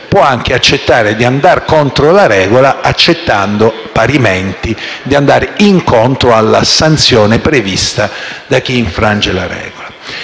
può anche acconsentire di andare contro la regola accettando, parimenti, di andare incontro alla sanzione prevista per chi infrange la regola.